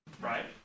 right